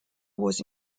was